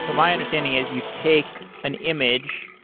my understanding is you take an image,